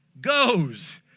goes